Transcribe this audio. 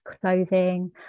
clothing